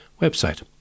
website